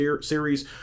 series